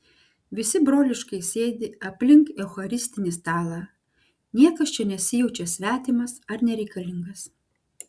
visi broliškai sėdi aplink eucharistinį stalą niekas čia nesijaučia svetimas ar nereikalingas